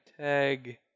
tag